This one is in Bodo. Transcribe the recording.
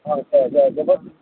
अ जोंहा जोबोद